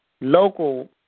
local